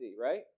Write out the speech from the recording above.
right